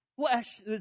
flesh